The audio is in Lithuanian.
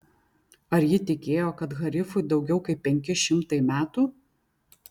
ar ji tikėjo kad harifui daugiau kaip penki šimtai metų